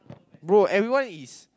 bro everyone is